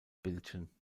bildchen